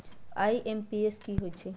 IMPS की होईछइ?